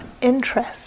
interest